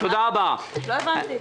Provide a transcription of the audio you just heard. לא הבנתי.